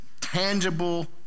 tangible